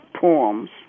poems